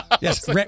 Yes